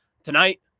Tonight